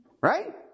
right